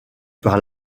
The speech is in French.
par